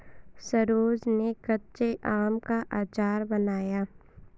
सरोज ने कच्चे आम का अचार बनाया